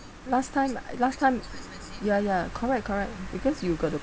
last time I last time ya ya correct correct because you gotta